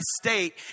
state